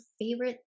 favorite